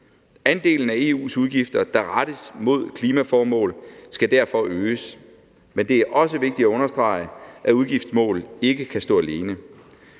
Andelen af EU's udgifter, der rettes mod klimaformål, skal derfor øges, men det er også vigtigt at understrege, at udgiftsmål ikke kan stå alene.